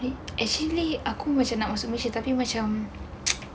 actually aku macam nak masuk malaysia tapi macam